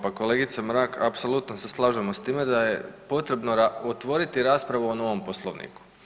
Pa kolegice Mrak, apsolutno se slažemo s time da je potrebno otvoriti raspravu o novom Poslovniku.